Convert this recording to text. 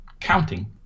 counting